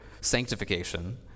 sanctification